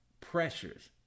pressures